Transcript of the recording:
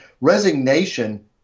resignation